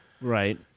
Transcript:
Right